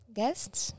guests